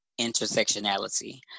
intersectionality